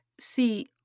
See